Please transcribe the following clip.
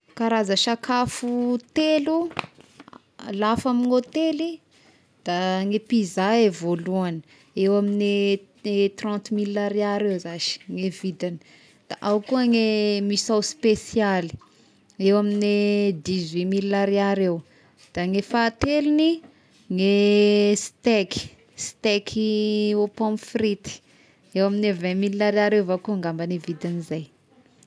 Karaza sakafo telo a- lafo amign'ny hotely da ny pizza e voalohagny eo amign'ny trente mille ariary eo zashy ny vidigny, da ao koa ny misao spesialy eo amign'ne dix huit mille ariary eo, da ny fahatelogny ny steaky steaky au pomme frity eo amign'ny vingt mille ariary eo avao koa angambagny vidign'izay.